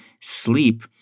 sleep